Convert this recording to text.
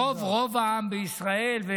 זה רוב העם בישראל.